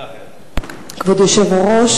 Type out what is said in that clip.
כבוד היושב בראש,